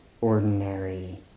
ordinary